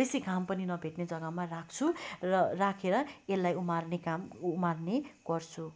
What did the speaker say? बेसी घाम पनि नभेट्ने जग्गामा राख्छु र राखेर यसलाई उमार्ने काम उमार्ने गर्छु